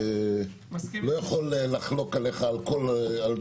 אני לא יכול לחלוק עליך על טעויות